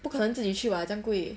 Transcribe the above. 不可能自己去 what 将贵